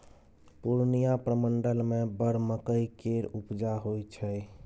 पूर्णियाँ प्रमंडल मे बड़ मकइ केर उपजा होइ छै